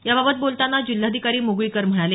याबाबत बोलताना जिल्हाधिकारी म्गळीकर म्हणाले